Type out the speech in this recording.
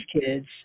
kids